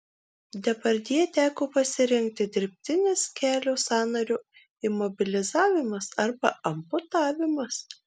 depardjė teko pasirinkti dirbtinis kelio sąnario imobilizavimas arba amputavimas